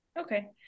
okay